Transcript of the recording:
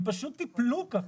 הם פשוט טיפלו ככה.